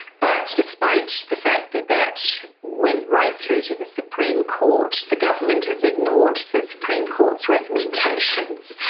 but despite the fact that that went right through to the supreme court, the government has ignored the supreme court's recommendations,